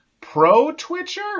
pro-twitcher